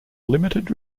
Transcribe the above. limited